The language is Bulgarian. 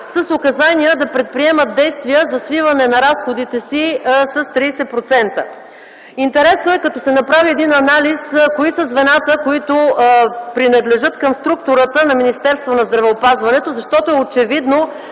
с указания да предприемат действия за свиване на разходите си с 30%. Интересно е, като се направи един анализ, кои са звената, които принадлежат към структурата на Министерството на здравеопазването, защото е очевидно,